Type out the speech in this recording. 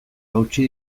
hautsi